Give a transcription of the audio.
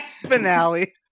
finale